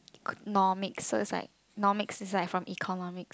got Nomics so its like Nomics is like from economics